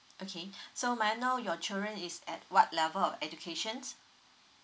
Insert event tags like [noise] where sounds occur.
okay [breath] so may I know your children is at what level of educations